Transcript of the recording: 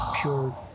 pure